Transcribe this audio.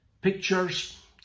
pictures